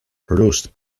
produced